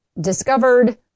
discovered